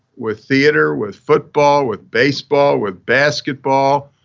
with theater, with football, with baseball, with basketball,